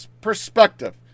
perspective